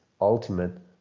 ultimate